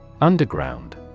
Underground